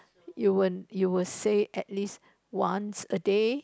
you'll you'll say at least once a day